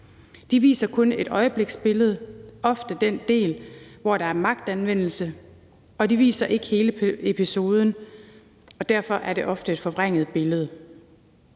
De viser kun et øjebliksbillede, ofte den del, hvor der er magtanvendelse, og de viser ikke hele episoden, og derfor er det ofte et forvrænget billede.